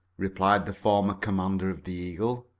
replied the former commander of the eagle.